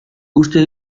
uste